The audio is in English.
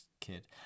kid